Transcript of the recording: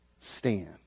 stand